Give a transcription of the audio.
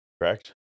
Correct